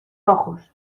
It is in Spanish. ojos